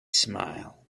smile